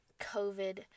COVID